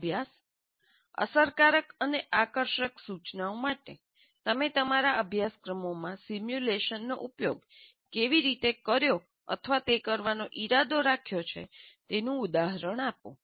અભ્યાસ અસરકારક અને આકર્ષક સૂચનાઓ માટે તમે તમારા અભ્યાસક્રમમાં સિમ્યુલેશનનો ઉપયોગ કેવી રીતે કર્યો અથવા તે કરવાનો ઇરાદો રાખ્યો છે તેનું ઉદાહરણ આપો